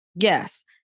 Yes